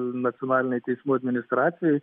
nacionalinėj teismų administracijoj